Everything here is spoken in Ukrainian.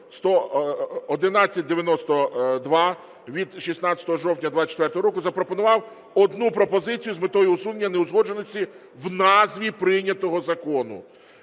№1192 від 16 жовтня 2024 року) запропонував одну пропозицію з метою усунення неузгодженості в назві прийнятого закону.